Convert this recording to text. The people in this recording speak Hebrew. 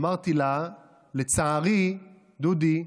אמרתי לה שלצערי, דודי,